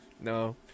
No